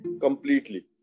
completely